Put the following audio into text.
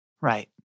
Right